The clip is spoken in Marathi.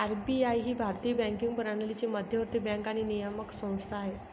आर.बी.आय ही भारतीय बँकिंग प्रणालीची मध्यवर्ती बँक आणि नियामक संस्था आहे